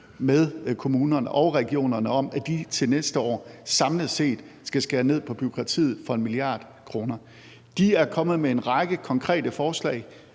med kommunerne og regionerne om, at de til næste år samlet set skal skære ned på bureaukratiet for 1 mia. kr. De er kommet med en række konkrete forslag;